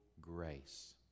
grace